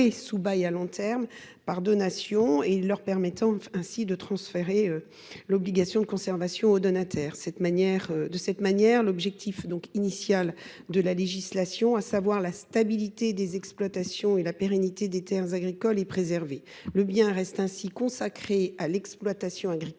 sous bail à long terme par donation et de transférer l’obligation de conservation aux donataires. De cette manière, l’objectif initial de la législation, à savoir la stabilité des exploitations et la pérennité des terres agricoles, est préservé. Le bien reste consacré à l’exploitation agricole